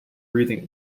breathing